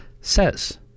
says